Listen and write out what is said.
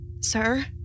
Sir